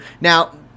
Now